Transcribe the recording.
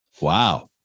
Wow